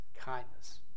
kindness